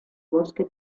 bosque